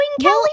Kelly